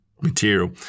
material